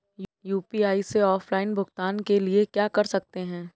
UPI से offline भुगतान के लिए क्या कर सकते हैं?